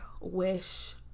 wish